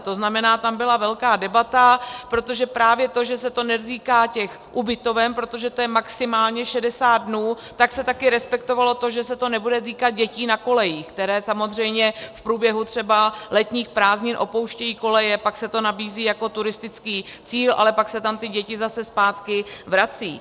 To znamená, tam byla velká debata, protože právě to, že se to netýká ubytoven, protože to je maximálně 60 dnů, tak se také respektovalo to, že se to nebude týkat dětí na kolejích, které samozřejmě v průběhu třeba letních prázdnin opouštějí koleje, pak se to nabízí jako turistický cíl, ale pak se tam ty děti zase zpátky vracejí.